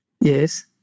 Yes